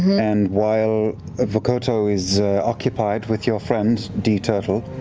and while vokodo is occupied with your friend, d turtle